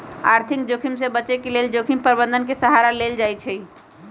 आर्थिक जोखिम से बचे के लेल जोखिम प्रबंधन के सहारा लेल जाइ छइ